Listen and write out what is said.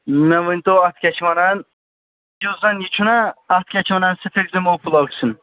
مےٚ ؤنۍ تو اَتھ کیٛاہ چھِ وَنان یُس زَن یہِ چھُنا اَتھ کیٛاہ چھِ وَنان سِفِرکزِم او فُلاک سِنۍ